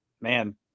Man